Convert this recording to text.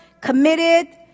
committed